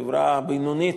חברה בינונית